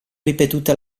ripetuta